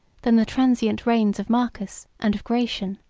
than the transient reigns of marcus and of gratian.